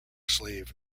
slave